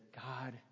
God